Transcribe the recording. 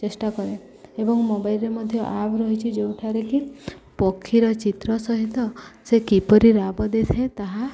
ଚେଷ୍ଟା କରେ ଏବଂ ମୋବାଇଲ୍ରେ ମଧ୍ୟ ଆପ୍ ରହିଛି ଯେଉଁଠାରେ କି ପକ୍ଷୀର ଚିତ୍ର ସହିତ ସେ କିପରି ରାବ ଦେଇଥାଏ ତାହା